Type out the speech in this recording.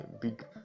big